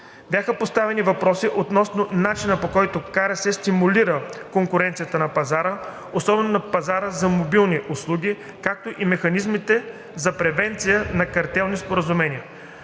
Бяха поставени въпроси относно начините, по които КРС стимулира конкуренцията на пазара, особено на пазара на мобилни услуги, както и механизмите за превенция на картелни споразумения.